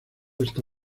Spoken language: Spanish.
está